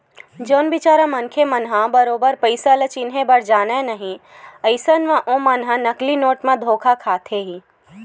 जउन बिचारा मनखे मन ह बरोबर पइसा ल चिनहे बर जानय नइ अइसन म ओमन ह नकली नोट म धोखा खाथे ही